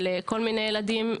של כל מיני ילדים,